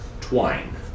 twine